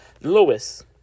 Lewis